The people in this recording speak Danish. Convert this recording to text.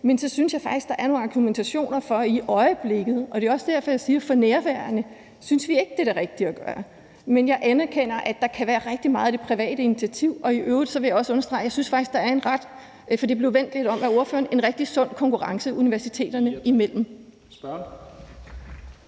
der i øjeblikket er nogle argumentationer for det, og det er også derfor, jeg siger, at for nærværende synes vi ikke, det er det rigtige at gøre. Men jeg anerkender, at der kan være rigtig meget i det private initiativ, og i øvrigt vil jeg også understrege – for det blev vendt lidt om af ordføreren – at jeg synes, der er en rigtig sund konkurrence universiteterne imellem.